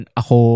ako